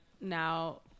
now